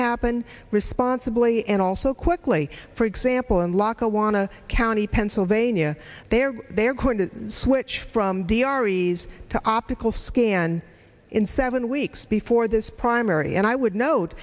happen responsibly and also quickly for example in lackawanna county pennsylvania they are they are going to switch from the ariz to optical scan in seven weeks before this primary and i would note